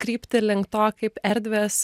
krypti link to kaip erdvės